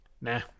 nah